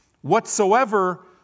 whatsoever